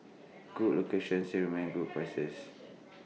good locations still maintain good prices